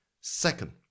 Second